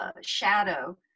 shadow